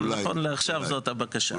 אבל נכון לעכשיו זאת הבקשה.